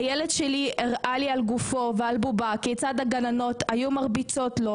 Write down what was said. הילד שלי הראה לי על גופו ועל בובה כיצד הגננות היו מרביצות לו,